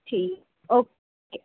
ਠੀਕ ਓਕੇ